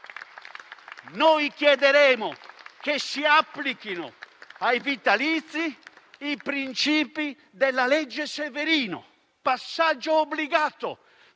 Chiederemo che si applichino ai vitalizi i principi della legge Severino, passaggio obbligato